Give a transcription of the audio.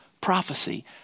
prophecy